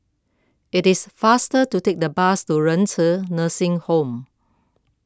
it is faster to take the bus to Renci Nursing Home